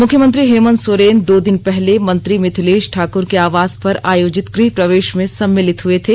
मुख्यमंत्री हेमंत सोरेन दो दिन पहले मंत्री मिथिलेश ठाकुर के आवास पर आयोजित गृह प्रवेश मेँ सम्मिलित हुए थे